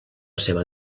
seva